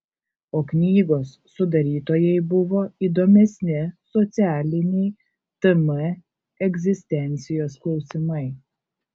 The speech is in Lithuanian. o knygos sudarytojai buvo įdomesni socialiniai tm egzistencijos klausimai